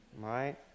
right